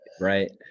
Right